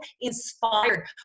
inspired